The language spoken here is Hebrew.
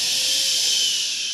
ששש.